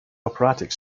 operatic